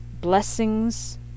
blessings